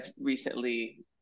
recently